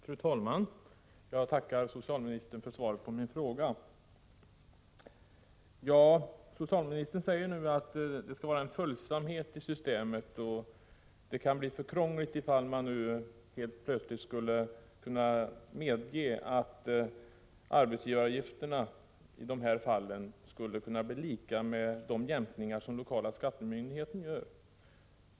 Fru talman! Jag tackar socialministern för svaret på min fråga. Socialministern säger att det skall vara en följsamhet i systemet och att det kan bli för krångligt om man nu helt plötsligt skulle kunna medge att arbetsgivaravgiften i sådana här fall skulle bli lika med de jämkningar som den lokala skattemyndigheten gör.